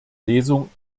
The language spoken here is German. lesung